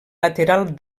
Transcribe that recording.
lateral